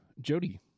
jody